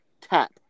Tap